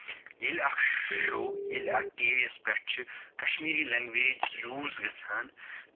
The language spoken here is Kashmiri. ییٚلہِ اکھ شو ییٚلہِ اکھ ٹی وی یَس پٮ۪ٹھ چھِ کَشمیٖری لٮ۪نٛگوٮ۪ج یوٗز گژھان